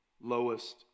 lowest